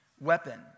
weapon